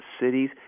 cities